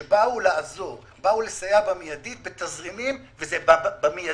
שבאו לעזור, באו לסייע מידית בתזרימים, וזה מידי.